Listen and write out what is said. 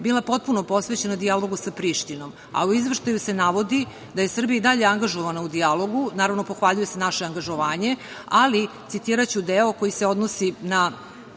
bila potpuno posvećena dijalogu sa Prištinom, a u Izveštaju se navodi da je Srbija i dalje angažovana u dijalogu, naravno pohvaljuje se naše angažovanje, ali citiraću deo koji se odnosi na